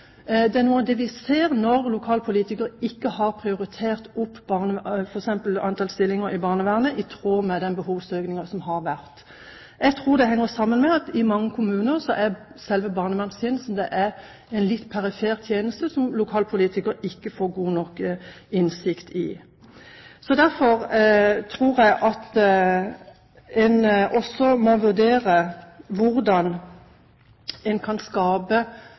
Det er noe av det vi ser når lokalpolitikere f.eks. ikke har prioritert antall stillinger i barnevernet i tråd med den behovsøkningen som har vært. Jeg tror det henger sammen med at i mange kommuner er selve barnevernstjenesten en litt perifer tjeneste lokalpolitikere ofte ikke har god nok innsikt i. Derfor tror jeg at en må vurdere hvordan en kan skape